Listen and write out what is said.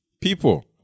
people